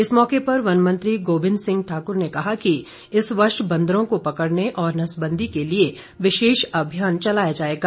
इस मौके पर वनमंत्री गोबिंद सिंह ठाकुर ने कहा कि इस वर्ष बंदरों को पकड़ने और नसबंदी के लिए विशेष अभियान चलाया जाएगा